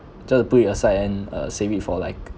just to put it aside and uh save it for like